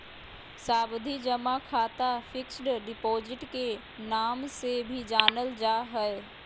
सावधि जमा खाता फिक्स्ड डिपॉजिट के नाम से भी जानल जा हय